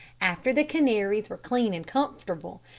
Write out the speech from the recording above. after the canaries were clean and comfortable,